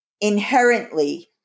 inherently